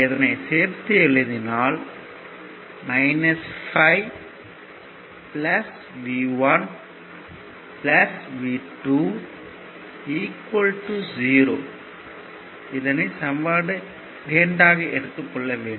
இதனை சேர்த்து எழுதினால் 5 V1 V2 0 என கிடைக்கும்